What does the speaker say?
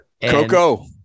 Coco